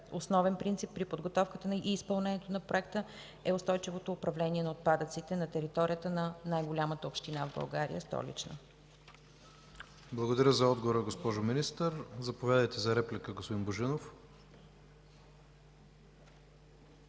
Основен принцип при подготовката и изпълнението на Проекта е устойчивото управление на отпадъците на територията на най-голямата община в България – Столична. ПРЕДСЕДАТЕЛ ИВАН К. ИВАНОВ: Благодаря за отговора, госпожо Министър. Заповядайте за реплика, господин Божинов.